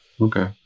Okay